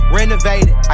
renovated